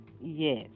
yes